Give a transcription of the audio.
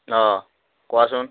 অঁ কোৱাচোন